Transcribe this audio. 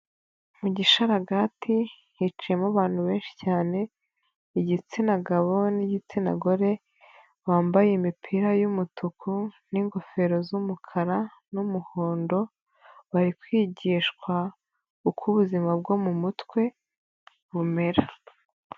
Mu gishararagati, hiciyemo abantu benshi cyane, igitsina gabo n'igitsina gore, bambaye imipira y'umutuku n'igofero z'umukara n'umuhondo, bari kwigishwa uko ubuzima bwo mu mutwe bumera.